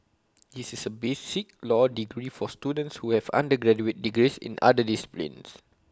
this is A B C law degree for students who have undergraduate degrees in other disciplines